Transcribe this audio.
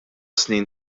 snin